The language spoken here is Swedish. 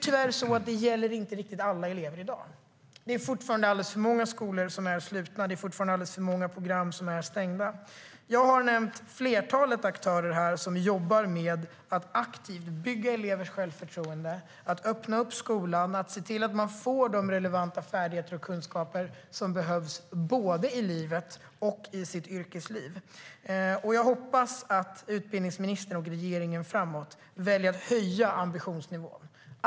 Tyvärr gäller detta inte riktigt alla elever i dag. Det är fortfarande alldeles för många skolor som är slutna, och det är fortfarande alldeles för många program som är stängda. Jag har nämnt ett flertal aktörer som jobbar med att aktivt bygga elevers självförtroende, att öppna upp skolan och att se till att eleverna får de relevanta färdigheter och kunskaper som behövs både i livet och i yrkeslivet. Jag hoppas att utbildningsministern och regeringen framöver väljer att höja ambitionsnivån.